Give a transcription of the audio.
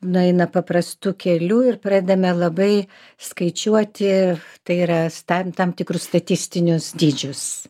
nueina paprastu keliu ir pradedame labai skaičiuoti tai yra stebim tam tikrus statistinius dydžius